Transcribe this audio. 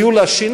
יהיו לה שיניים,